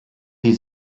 die